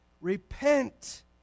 Repent